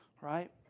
Right